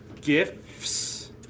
gifts